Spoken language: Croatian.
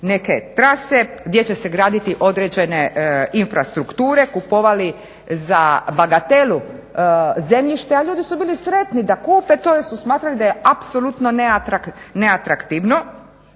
neke trase, gdje će se graditi određene infrastrukture kupovali za bagatelu zemljište a ljudi su bili sretni da kupe to jer su smatrali da je apsolutno neatraktivno